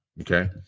Okay